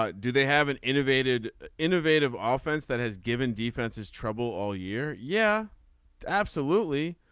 ah do they have an innovated ah innovative ah offense that has given defenses trouble all year. yeah absolutely.